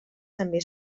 també